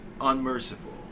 unmerciful